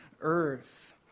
earth